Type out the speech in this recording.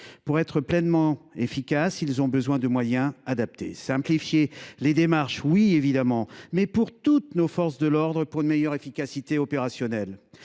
Pour être pleinement efficaces, ils ont besoin de moyens adaptés. Simplifier les démarches, oui évidemment ; mais alors, pour toutes nos forces de l’ordre en vue d’une meilleure efficacité opérationnelle